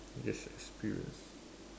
yes experience